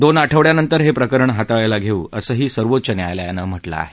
दोन आठवड्यानंतर हे प्रकरण हाताळायला घेऊ असंही सर्वोच्च न्यायालयानं म्हटलं आहे